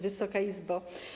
Wysoka Izbo!